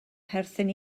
perthyn